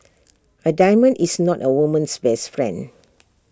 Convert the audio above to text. A diamond is not A woman's best friend